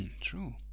true